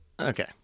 Okay